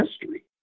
history